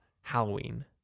Halloween